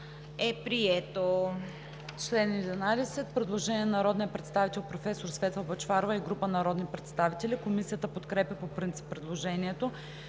е прието.